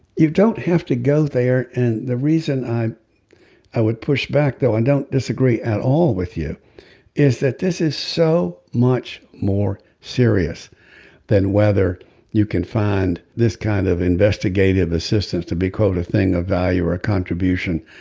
you don't have to go there. and the reason i i would push back though i don't disagree at all with you is that this is so much more serious than whether you can find this kind of investigative assistance to be called a thing of value or a contribution.